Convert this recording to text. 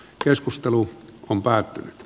keskustelu on päättynyt